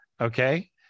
Okay